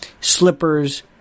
slippers